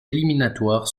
éliminatoires